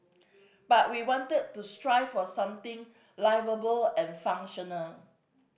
but we wanted to strive for something liveable and functional